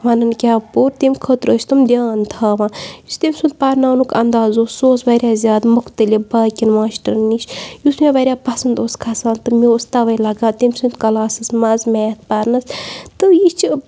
وَنَن کیٛاہ پوٚر تٔمۍ خٲطرٕ ٲسۍ تِم دھیٛان تھاوان یُس تٔمۍ سُنٛد پَرناونُک اَنداز اوس سُہ اوس واریاہ زیادٕ مُختلِف باقیَن ماشٹرَن نِش یُس مےٚ واریاہ پَسنٛد اوس کھَسان تہٕ مےٚ اوس تَوَے لَگان تٔمۍ سٕنٛدۍ کَلاسَس مزٕ میتھ پَرنَس تہٕ یہِ چھِ